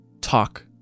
talk